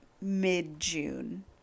mid-June